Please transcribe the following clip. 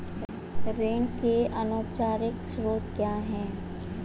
ऋण के अनौपचारिक स्रोत क्या हैं?